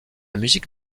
musique